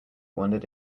wondered